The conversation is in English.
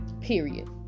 period